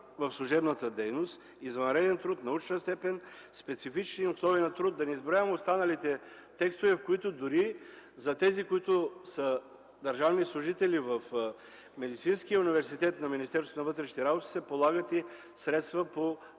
в служебната дейност; извънреден труд; научна степен; специфични условия на труд – да не изброявам останалите текстове, в които дори за тези, които са държавни служители в Медицинския университет на Министерството на вътрешните работи, се полагат и средства по